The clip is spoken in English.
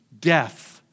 death